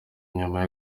nyuma